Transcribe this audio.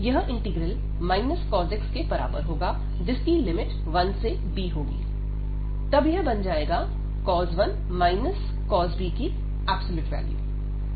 यह integral cos x के बराबर होगा जिसकी लिमिट 1 से b होंगी तब यह बन जाएगा cos 1 cos b